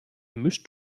mischst